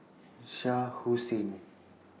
Shah Hussain